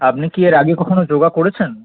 আপনি কি এর আগে কখনো যোগা করেছেন